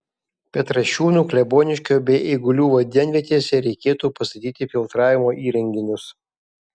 petrašiūnų kleboniškio bei eigulių vandenvietėse reikėtų pastatyti filtravimo įrenginius